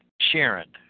Sharon